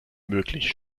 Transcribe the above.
möglich